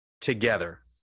together